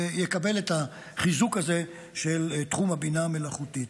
יקבל את החיזוק הזה של תחום הבינה המלאכותית.